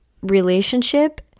relationship